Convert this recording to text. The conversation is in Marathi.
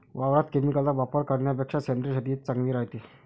वावरात केमिकलचा वापर करन्यापेक्षा सेंद्रिय शेतीच चांगली रायते